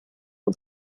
und